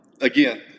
again